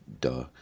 Duh